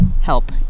help